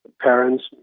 parents